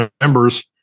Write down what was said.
members